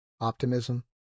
optimism